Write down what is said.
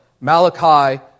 Malachi